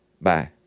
Bye